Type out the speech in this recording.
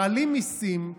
מעלים מיסים,